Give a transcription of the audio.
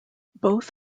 both